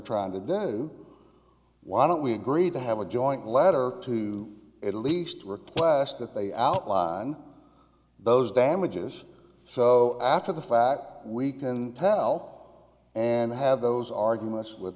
trying to do why don't we agreed to have a joint letter to at least request that they outline those damages so after the fact we can tell and have those arguments with